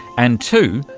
and two,